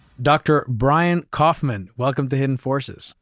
dr. brian koffman, welcome to hidden forces.